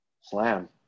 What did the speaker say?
slam